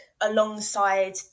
alongside